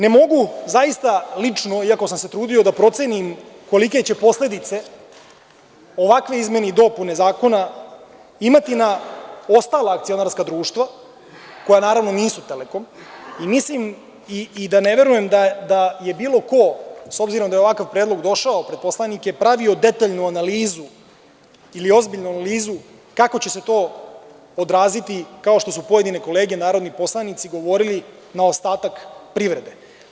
Ne mogu lično, iako sam se trudio, da procenim kolike će posledice ovakve izmene i dopune Zakona imati na ostala akcionarska društva, koja naravno nisu „Telekom“ i mislim i ne verujem da je bilo ko, s obzirom da je ovakav predlog došao pred poslanike, pravio detaljnu analizu ili ozbiljnu analizu kako će se to odraziti, kao što su pojedine kolege narodni poslanici govorili, na ostatak privrede.